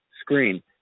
screen